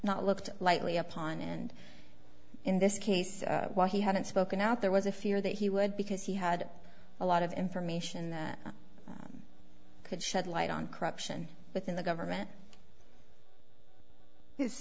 not looked lightly upon and in this case why he hadn't spoken out there was a fear that he would because he had a lot of information that could shed light on corruption within the government his